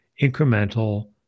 incremental